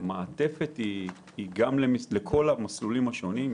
המעטפת היא לכל המסלולים השונים.